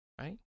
Right